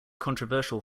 controversial